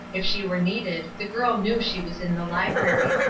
if she were needed the girl knew she was in the library.